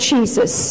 Jesus